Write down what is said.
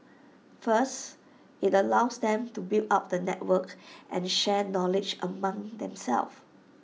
first IT allows them to build up the network and share knowledge among them self